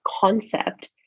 concept